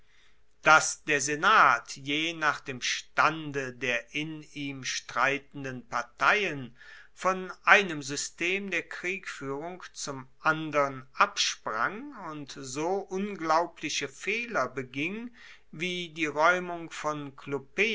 dass der senat je nach dem stande der in ihm streitenden parteien von einem system der kriegfuehrung zum andern absprang und so unglaubliche fehler beging wie die raeumung von clupea